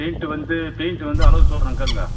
paint வந்து paint வந்து அளவு சொல்கிறேன் கேளுங்கள்